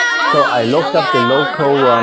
so i looked up the local